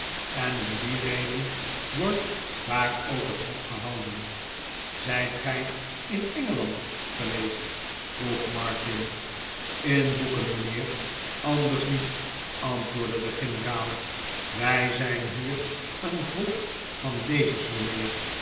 en om die reden wordt daar ook het hof gehouden zijt gij in engeland geweest vroeg martin in boeken mijnheer anders niet antwoordde de generaal wij zijn hier een volk van lezers mijnheer